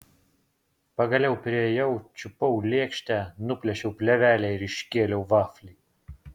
pagaliau priėjau čiupau lėkštę nuplėšiau plėvelę ir iškėliau vaflį